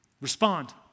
Respond